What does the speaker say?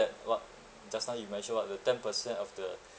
what just now you mentioned about the ten percent of the